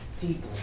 deeply